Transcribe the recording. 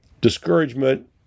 discouragement